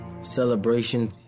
celebration